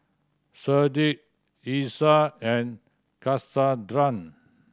Sharde Isai and Cassondra